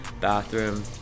bathroom